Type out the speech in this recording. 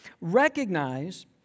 recognize